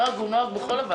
נוהג הוא נוהג בכל הוועדות.